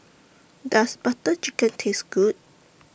Does Butter Chicken Taste Good